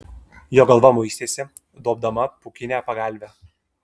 jo galva muistėsi duobdama pūkinę pagalvę